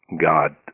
God